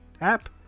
App